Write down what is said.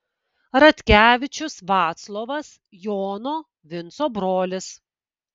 radkevičius vaclovas jono vinco brolis